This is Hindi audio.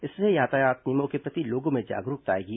इससे यातायात नियमों के प्रति लोगों में जागरूकता आएगी